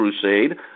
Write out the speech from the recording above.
crusade